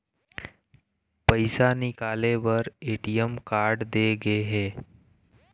पइसा निकाले बर ए.टी.एम कारड दे गे हे